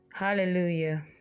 hallelujah